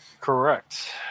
Correct